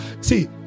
See